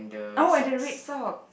oh and the red socks